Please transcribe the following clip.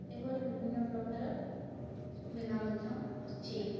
ଏଭଳି ବିଭିନ୍ନ ପ୍ରକାର ବୀମା ମଧ୍ୟ ଅଛି